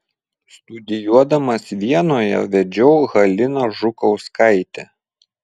studijuodamas vienoje vedžiau haliną žukauskaitę